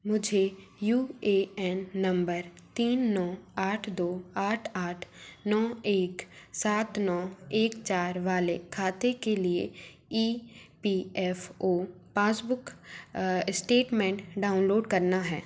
मुझे U A N नंबर तीन नौ आठ दो आठ आठ नौ एक सात नौ एक चार वाले खाते के लिए E P F O passbook statement download करना है